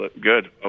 good